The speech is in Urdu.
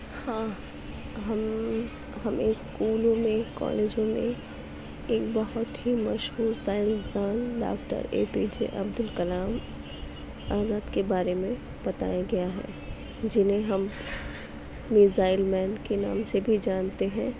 ہاں ہم ہمیں اسکولوں میں کالجوں میں ایک بہت ہی مشہور سائنس دان doctor A P J Abdul Kalam Azad کے بارے میں بتایا گیا ہے جنہیں ہم میزائل مین کے نام سے بھی جانتے ہیں